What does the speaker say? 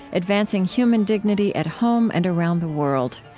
advancing human dignity at home and around the world.